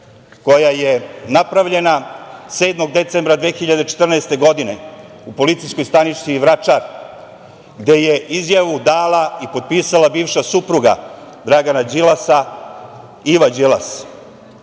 koja je napravljena 7. decembra 2014. godine u Policijskoj stanici Vračar, gde je izjavu dala i potpisala bivša supruga Dragana Đilasa, Iva Đilas. Ja